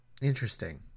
interesting